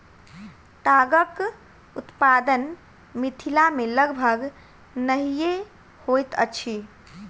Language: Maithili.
तागक उत्पादन मिथिला मे लगभग नहिये होइत अछि